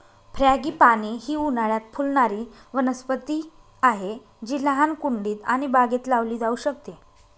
frangipani ही उन्हाळयात फुलणारी वनस्पती आहे जी लहान कुंडीत आणि बागेत लावली जाऊ शकते